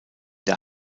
der